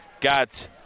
got